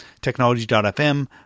technology.fm